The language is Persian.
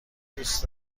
دوست